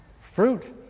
Fruit